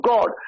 God